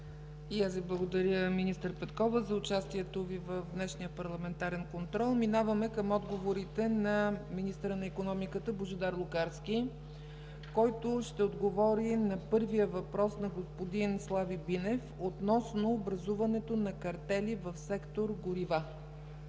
и аз Ви благодаря за участието в днешния парламентарен контрол. Минаваме към отговорите на министъра на икономиката Божидар Лукарски, който ще отговори на първия въпрос на господин Слави Бинев, относно образуването на картели в сектор „Горива”.